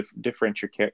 differentiate